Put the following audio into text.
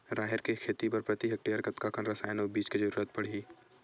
राहेर के खेती बर प्रति हेक्टेयर कतका कन रसायन अउ बीज के जरूरत पड़ही?